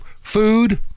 food